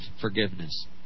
forgiveness